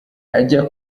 ajya